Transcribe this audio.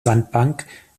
sandbank